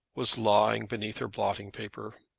was lying beneath her blotting-paper.